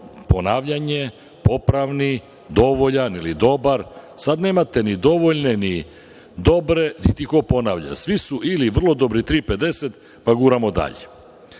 ponavljanje, popravni, dovoljan ili dobar, sada nemate ni dovoljne, ni dobre, niti ko ponavlja. Svi su ili vrlo dobri 3,50, pa guramo